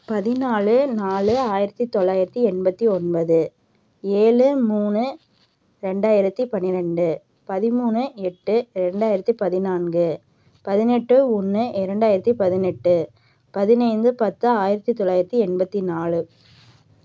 பதினாலு நாலு ஆயிரத்து தொள்ளாயிரத்தி எண்பத்து ஒன்பது ஏழு மூணு ரெண்டாயிரத்து பன்னிரண்டு பதிமூணு எட்டு ரெண்டாயிரத்து பதினான்கு பதினெட்டு ஒன்று இரண்டாயிரத்து பதினெட்டு பதினைந்து பத்து ஆயிரத்து தொள்ளாயிரத்தி எண்பத்து நாலு